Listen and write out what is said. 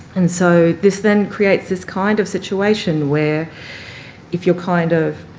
and so this then creates this kind of situation where if you're kind of,